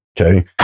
okay